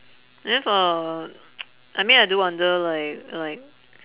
I mean for I mean I do wonder like like